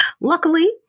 Luckily